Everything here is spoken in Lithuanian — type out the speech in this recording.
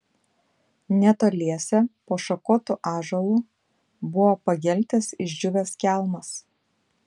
netoliese po šakotu ąžuolu buvo pageltęs išdžiūvęs kelmas